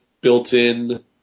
built-in